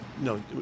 No